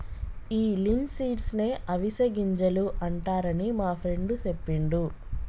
ఈ లిన్సీడ్స్ నే అవిసె గింజలు అంటారని మా ఫ్రెండు సెప్పిండు